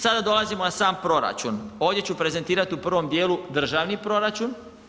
Sada dolazimo na sam proračun, ovdje ću prezentirati u prvom dijelu Državni proračun.